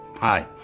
Hi